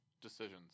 decisions